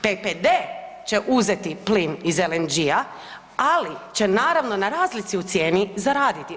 PPD će uzeti plin iz LNG-a ali će naravno na razlici u cijeni zaraditi.